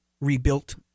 rebuilt